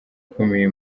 ikomeye